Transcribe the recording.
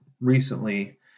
recently